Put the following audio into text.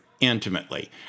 intimately